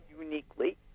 uniquely